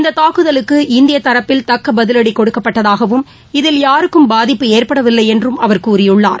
இந்த தாக்குதலுக்கு இந்திய தரப்பில் தக்க பதிவடி கொடுக்கப்பட்டதாகவும் இதில் யாருக்கும் பாதிப்பு ஏற்படவில்லை என்றும் அவர் கூறியுள்ளார்